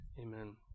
Amen